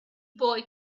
boy